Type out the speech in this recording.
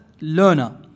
learner